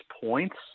points